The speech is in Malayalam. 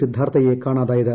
സിദ്ധാർത്ഥയെ കാണാതായത്